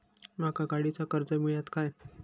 माका गाडीचा कर्ज मिळात काय?